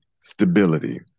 stability